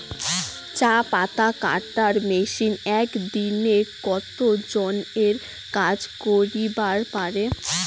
চা পাতা কাটার মেশিন এক দিনে কতজন এর কাজ করিবার পারে?